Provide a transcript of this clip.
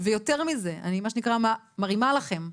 ויותר מזה, אני מה שנקרא מרימה לכן,